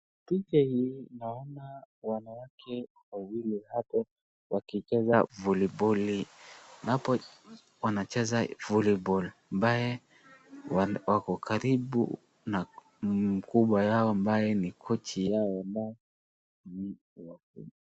picha hii naona wanawake wawili apo wakicheza voliboli na hapo wanachezea volleyball wako karibu na mkubwa wao abaye ni coach yao.